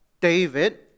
David